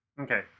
Okay